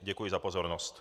Děkuji za pozornost.